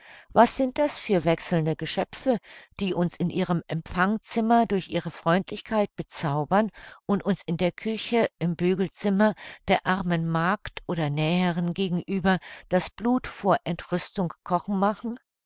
was sind das für wechselnde geschöpfe die uns in ihrem empfangzimmer durch ihre freundlichkeit bezaubern und uns in der küche im bügelzimmer der armen magd oder näherin gegenüber das blut vor entrüstung kochen machen